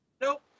Nope